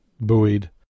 buoyed